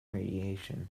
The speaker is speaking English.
radiation